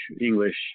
English